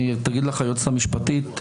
תגיד לך היועצת המשפטית,